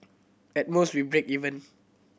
at most we break even